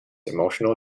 emotional